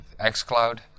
xcloud